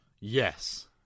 Yes